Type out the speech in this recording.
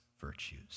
virtues